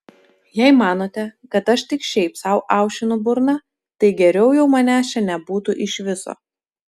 jei manote kad aš tik šiaip sau aušinu burną tai geriau jau manęs čia nebūtų iš viso